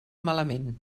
malament